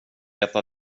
veta